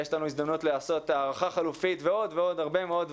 יש לנו הזדמנות לעשות הערכה חלופית ועוד הרבה מאוד הרבה